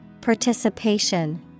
Participation